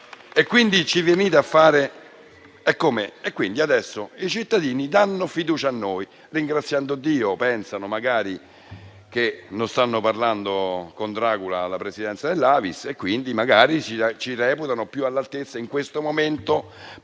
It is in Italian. Quindi, adesso i cittadini danno fiducia a noi, grazie a Dio. Pensano magari che non stanno parlando con Dracula alla presidenza dell'AVIS e magari ci reputano più all'altezza, in questo momento, per